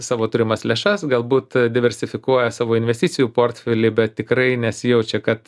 savo turimas lėšas galbūt diversifikuoja savo investicijų portfelį bet tikrai nesijaučia kad